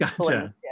Gotcha